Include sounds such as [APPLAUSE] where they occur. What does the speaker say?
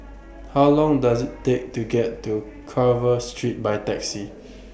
[NOISE] How Long Does IT Take to get to Carver Street By Taxi